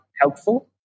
helpful